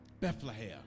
Bethlehem